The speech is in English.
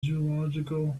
zoological